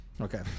Okay